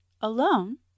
Alone